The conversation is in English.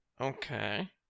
Okay